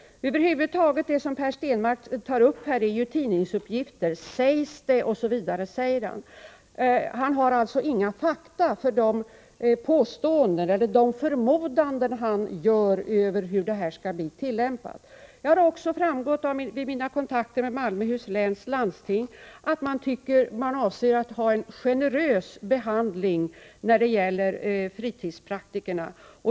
Över huvud taget är det som Per Stenmarck tar upp tidningsuppgifter — ”sägs det”, säger han. Han har alltså inga fakta bakom de förmodanden som han kommer med beträffande hur tillämpningen kommer att ske. Det har också framgått vid mina kontakter med Malmöhus läns landsting att man avser att ha en generös behandling när det gäller fritidspraktiker.